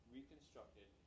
reconstructed